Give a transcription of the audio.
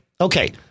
Okay